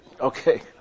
Okay